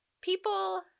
people